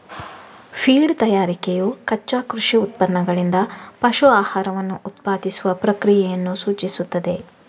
feed ತಯಾರಿಕೆಯು ಕಚ್ಚಾ ಕೃಷಿ ಉತ್ಪನ್ನಗಳಿಂದ ಪಶು ಆಹಾರವನ್ನು ಉತ್ಪಾದಿಸುವ ಪ್ರಕ್ರಿಯೆಯನ್ನು ಸೂಚಿಸುತ್ತದೆ